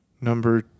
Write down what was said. Number